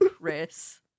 Chris